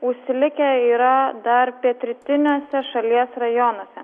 užsilikę yra dar pietrytiniuose šalies rajonuose